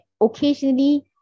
occasionally